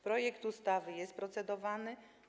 Projekt ustawy jest procedowany.